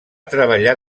treballar